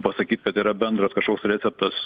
pasakyt kad yra bendras kažkoks receptas